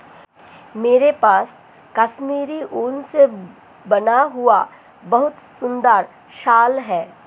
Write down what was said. मेरे पास कश्मीरी ऊन से बना हुआ बहुत सुंदर शॉल है